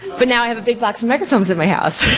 but now i have a big box of microfilms in my house.